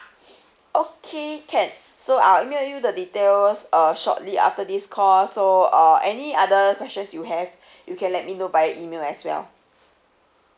okay can so I'll email you the details uh shortly after this call so uh any other questions you have you can let me know by email as well